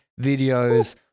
videos